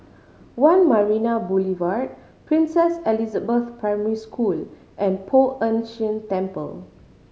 One Marina Boulevard Princess Elizabeth Primary School and Poh Ern Shih Temple